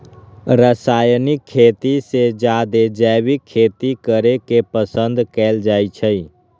रासायनिक खेती से जादे जैविक खेती करे के पसंद कएल जाई छई